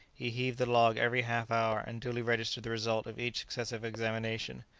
he heaved the log every half-hour and duly registered the result of each successive examination.